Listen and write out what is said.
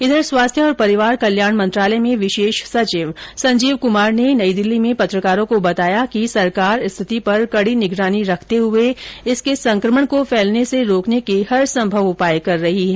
इधर स्वास्थ्य और परिवार कल्याण मंत्रालय में विशेष सचिव संजीव कुमार ने नई दिल्ली में पत्रकारों को बताया कि सरकार स्थिति पर कडी निगरानी रखते हुए इस संक्रमण को फैलने से रोकने के हरसंभव उपाय कर रही है